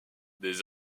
des